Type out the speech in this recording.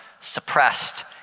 suppressed